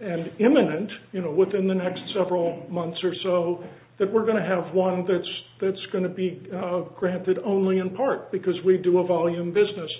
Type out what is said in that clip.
and imminent you know within the next several months or so that we're going to have one that's that's going to be granted only in part because we do a volume business